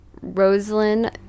Rosalind